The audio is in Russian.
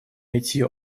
найти